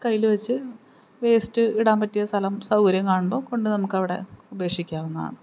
കയ്യില് വെച്ച് വേസ്റ്റിടാൻ പറ്റിയ സ്ഥലവും സൗകര്യവും കാണുമ്പോള് കൊണ്ട് നമുക്കവിടെ ഉപേക്ഷിക്കാവുന്നതാണ്